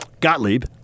Gottlieb